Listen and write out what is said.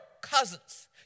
cousins